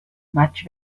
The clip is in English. much